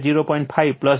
5 j 0